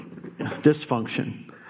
dysfunction